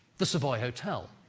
the savoy hotel.